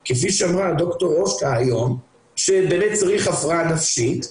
אנחנו מגיעים למצב שבן אדם שמתמודד עם התמודדות נפשית קשה,